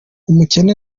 umukene